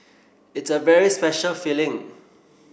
it's a very special feeling